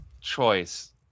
choice